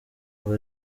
ngo